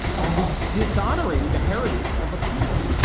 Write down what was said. are we dishonoring the heritage of a people?